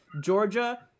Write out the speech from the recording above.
Georgia